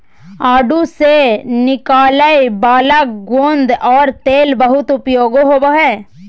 आडू से निकलय वाला गोंद और तेल बहुत उपयोगी होबो हइ